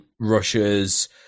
russia's